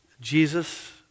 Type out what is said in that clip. Jesus